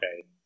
okay